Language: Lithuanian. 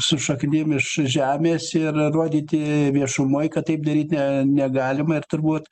su šaknim iš žemės ir rodyti viešumoj kad taip daryt ne negalima ir turbūt